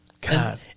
God